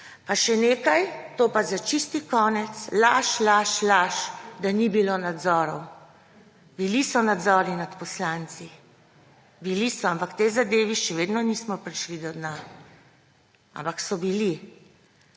Še nekaj, to pa za čisti konec. Laž, laž, laž, da ni bilo nadzorov. Bili so nadzori nad poslanci. Bili so, ampak tej zadevi še vedno nismo prišli do dna. Ampak so bili!